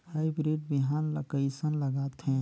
Hybrid बिहान ला कइसन लगाथे?